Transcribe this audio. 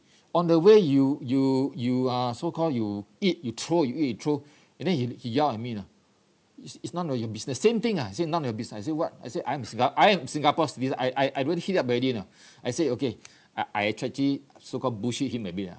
on the way you you you uh so called you eat you throw you eat you throw and then he he yell at me you know it's it's none of your business same thing ah he said none of your business I said what I said I am singa~ I am singapore's citizen I I I'm all heat up already you know I said okay I I actually so called bullshit him a bit lah